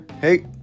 hey